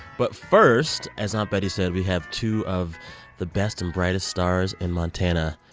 but first, as aunt betty said, we have two of the best and brightest stars in montana.